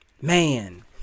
Man